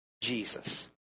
Jesus